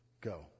go